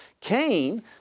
Cain